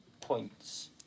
Points